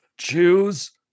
Choose